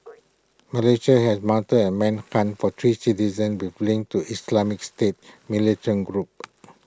Malaysia has mounted A manhunt for three citizens with links to Islamic state militant group